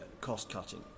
cost-cutting